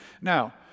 Now